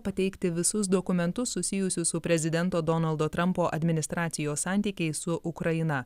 pateikti visus dokumentus susijusius su prezidento donaldo trampo administracijos santykiais su ukraina